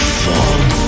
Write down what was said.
fall